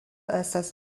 estas